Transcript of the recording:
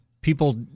people